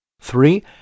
Three